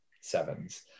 sevens